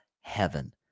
heaven